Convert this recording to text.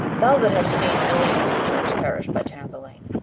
thou that hast seen millions of turks perish by tamburlaine,